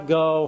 go